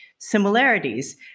similarities